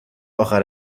اخر